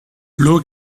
l’eau